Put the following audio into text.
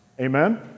Amen